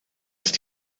ist